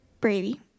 Brady